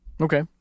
Okay